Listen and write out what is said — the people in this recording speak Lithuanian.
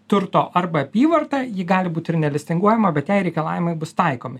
turto arba apyvartą ji gali būt ir nelistinguojama bet jai reikalavimai bus taikomi